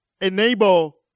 enable